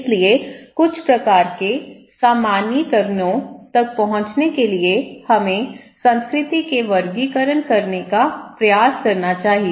इसलिए कुछ प्रकार के सामान्यीकरणों तक पहुंचने के लिए हमें संस्कृति के वर्गीकरण करने का प्रयास करना चाहिए